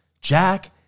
jack